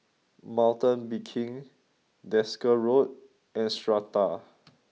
mountain Biking Desker Road and Strata